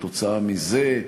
בגלל זה,